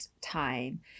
time